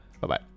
Bye-bye